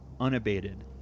unabated